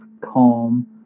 calm